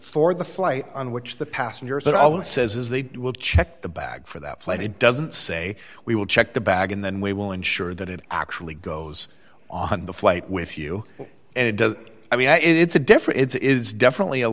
for the flight on which the passengers that i want says they will check the bag for that flight it doesn't say we will check the bag and then we will ensure that it actually goes on the flight with you and it does i mean it's a different it's definitely a